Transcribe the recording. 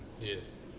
Yes